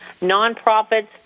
nonprofits